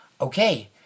Okay